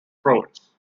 province